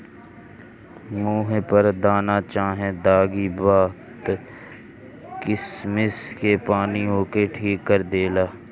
मुहे पर दाना चाहे दागी बा त किशमिश के पानी ओके ठीक कर देला